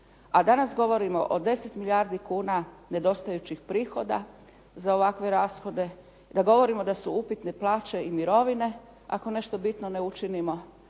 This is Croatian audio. a danas govorimo o 10 milijardi kuna nedostajućih prihoda za ovakve rashode, kad govorimo da su upitne plaće i mirovine ako nešto bitno ne učinimo